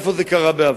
נדע איפה זה קרה בעבר.